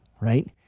right